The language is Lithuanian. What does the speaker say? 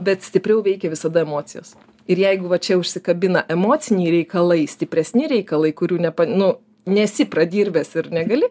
bet stipriau veikia visada emocijos ir jeigu va čia užsikabina emociniai reikalai stipresni reikalai kurių ne nu nesi pradirbęs ir negali